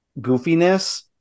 goofiness